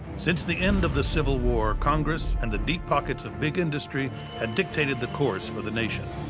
since the end of the civil war, congress and the deep pockets of big industry had dictated the course for the nation.